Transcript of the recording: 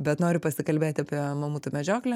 bet noriu pasikalbėti apie mamutų medžioklę